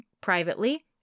privately